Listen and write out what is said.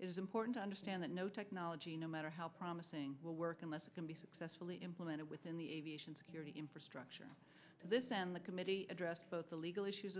is important to understand that no technology no matter how promising will work unless it can be successfully implemented within the aviation security infrastructure this in the committee addressed both the legal issues